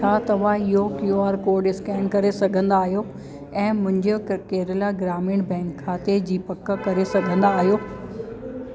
छा तव्हां इहो क्यू आर कोड स्केन करे सघंदा आहियो ऐं मुंहिंजे केरला ग्रामीण बैंक खाते जी पक करे सघंदा आहियो